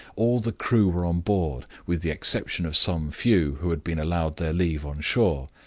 all the crew were on board, with the exception of some few who had been allowed their leave on shore,